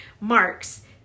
marks